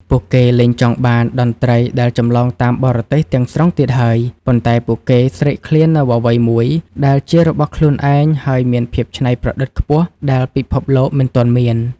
ពួកគេលែងចង់បានតន្ត្រីដែលចម្លងតាមបរទេសទាំងស្រុងទៀតហើយ ប៉ុន្តែពួកគេស្រេកឃ្លាននូវអ្វីមួយដែលជារបស់ខ្លួនឯង ហើយមានភាពច្នៃប្រឌិតខ្ពស់ដែលពិភពលោកមិនទាន់មាន។